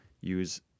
use